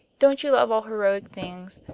don't you love all heroic things,